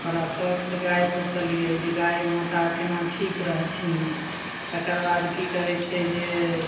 बड़ा सौखसे गाइ पोसलिए जे गाइ माता कोना ठीक रहथिन तकर बाद कि कहै छै जे